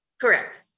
correct